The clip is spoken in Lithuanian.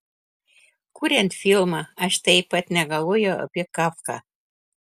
kuriant filmą aš taip pat negalvojau apie kafką